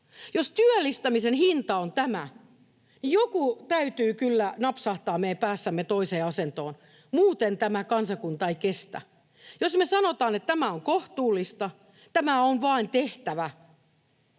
Jos työllistämisen hinta on tämä, niin jonkin täytyy kyllä napsahtaa meidän päässämme toiseen asentoon, muuten tämä kansakunta ei kestä. Jos me sanotaan, että tämä on kohtuullista, tämä on vain tehtävä,